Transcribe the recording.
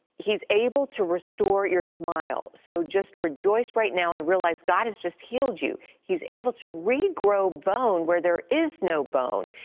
he's able to restore your smile so just rejoice right now and realize god has just healed you. he's able to regrow bone weather is no bone.